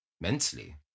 mentally